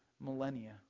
millennia